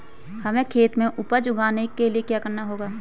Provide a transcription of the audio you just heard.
हमें खेत में उपज उगाने के लिये क्या करना होगा?